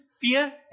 fear